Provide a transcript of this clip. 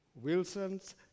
Wilson's